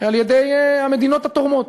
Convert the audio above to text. על-ידי המדינות התורמות,